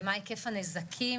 מה היקף הנזקים,